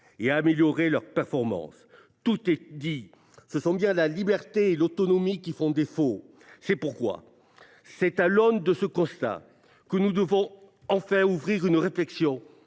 et à améliorer leur performance ». Tout est dit : ce sont bien la liberté et l’autonomie qui font défaut. C’est donc à l’aune de ce constat que nous devons enfin ouvrir une réflexion